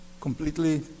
completely